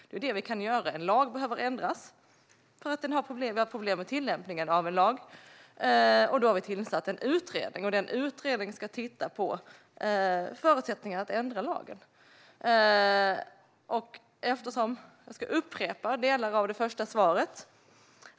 Det är det vi kan göra när en lag behöver ändras för att det är problem med tillämpningen av den. Utredningen ska titta på förutsättningarna att ändra lagen. Låt mig upprepa en del av svaret.